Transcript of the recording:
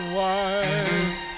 wife